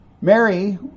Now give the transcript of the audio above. Mary